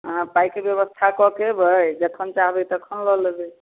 अहाँ पाइके बेबस्था कऽ कऽ अएबै जखन चाहबै तखन लऽ लेबै